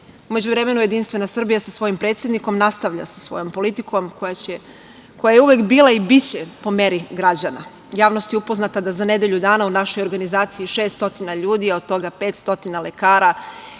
međuvremenu, Jedinstvena Srbija sa svojim predsednikom nastavlja sa svojom politikom, koja je uvek bila i biće po meri građana. Javnost je upoznata da za nedelju dana u našoj organizaciji 600 ljudi, a od toga 500 lekara